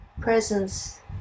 presence